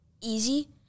easy